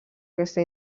aquesta